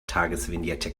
tagesvignette